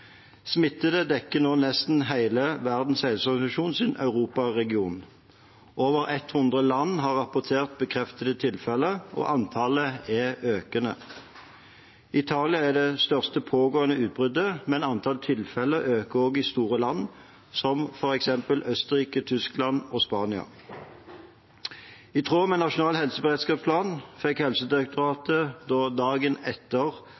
smittede denne helgen 100 000. Smitten dekker nå nesten hele Verdens helseorganisasjons europaregion. Over 100 land har rapportert bekreftede tilfeller, og antallet er økende. Italia har det største pågående utbruddet, men antallet tilfeller øker også i store land som f.eks. Østerrike, Tyskland og Spania. I tråd med Nasjonal helseberedskapsplan fikk Helsedirektoratet dagen etter